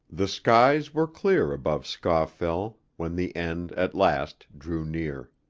the skies were clear above scawfell, when the end at last drew near.